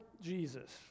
Jesus